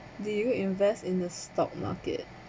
do you invest in the stock market